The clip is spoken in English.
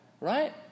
right